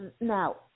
Now